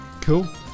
Cool